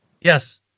Yes